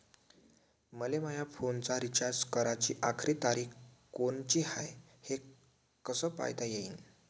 मले माया फोनचा रिचार्ज कराची आखरी तारीख कोनची हाय, हे कस पायता येईन?